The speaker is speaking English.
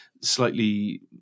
slightly